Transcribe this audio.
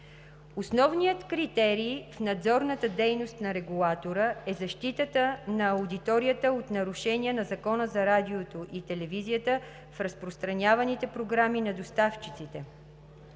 Основният критерий в надзорната дейност на регулатора е защитата на аудиторията от нарушения на Закона за радиото и телевизията в разпространяваните програми на доставчиците.